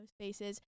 spaces